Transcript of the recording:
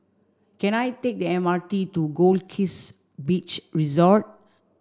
can I take the M R T to Goldkist Beach Resort